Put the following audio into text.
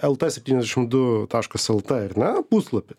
lt septyniasdešimt du taškas lt ar ne puslapį